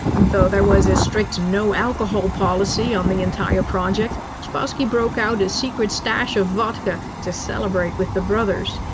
though there was a strict no-alcohol policy on the entire project, spassky broke out a secret stash of vodka to celebrate with the brothers.